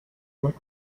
what